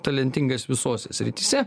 talentingas visose srityse